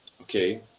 okay